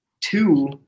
two